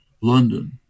London